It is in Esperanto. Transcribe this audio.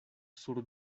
sur